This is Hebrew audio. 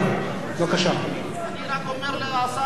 אני רק אומר לשר, אני רק מעיר לך.